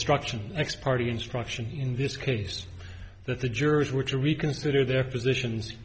instruction next party instruction in this case that the jurors were to reconsider their positions